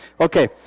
Okay